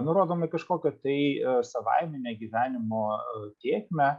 nurodomi kažkokio tai savaiminė gyvenimo tėkmę